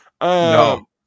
No